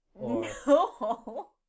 No